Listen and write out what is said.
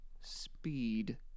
Speed